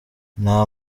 nta